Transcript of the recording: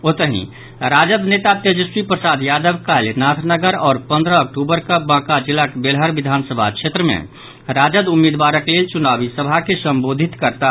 ओतहि राजद नेता तेजस्वी प्रसाद यादव काल्हि नाथनगर आओर पंद्रह अक्टूबर कऽ बांका जिलाक बेलहर विधानसभा क्षेत्र मे राजद उम्मीदवारक लेल चुनावी सभा के संबोधित करताह